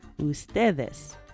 ustedes